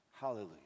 Hallelujah